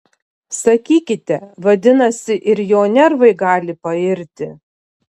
sakykite vadinasi ir jo nervai gali pairti